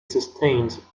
sustained